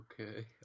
Okay